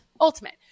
Ultimate